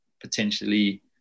potentially